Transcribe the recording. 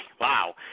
wow